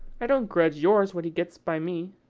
i don't grudge yours what he gets by me,